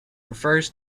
refers